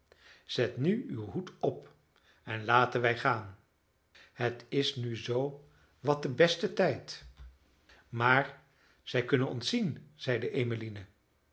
zet nu uw hoed op en laten wij gaan het is nu zoo wat de beste tijd maar zij kunnen ons zien zeide emmeline